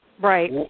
Right